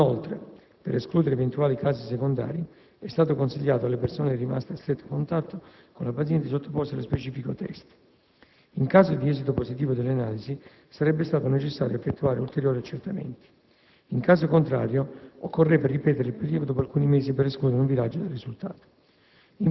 Inoltre, per escludere eventuali casi secondari, è stato consigliato alle persone rimaste a stretto contatto con la paziente di sottoporsi allo specifico *test*. In caso di esito positivo delle analisi, sarebbe stato necessario effettuare ulteriori accertamenti; in caso contrario, occorreva ripetere il prelievo dopo alcuni mesi per escludere un viraggio del risultato.